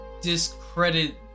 discredit